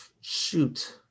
Shoot